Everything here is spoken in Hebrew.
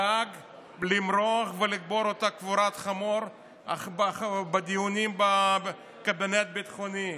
דאג למרוח ולקבור אותה קבורת חמור בדיונים בקבינט הביטחוני.